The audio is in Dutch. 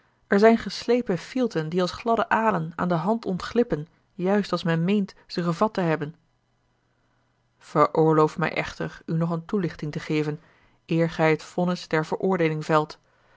er zijn geslepen fielten die als gladde alen aan de hand ontglippen juist als men meent ze gevat te hebben veroorloof mij echter u nog eene toelichting te geven eer gij het vonnis der veroordeeling velt